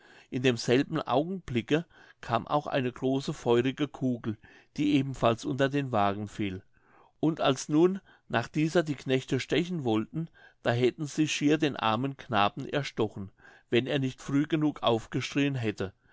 in demselben augenblicke kam auch eine große feurige kugel die ebenfalls unter den wagen fiel und als nun nach dieser die knechte stechen wollten da hätten sie schier den armen knaben erstochen wenn er nicht früh genug aufgeschrien hätte